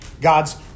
God's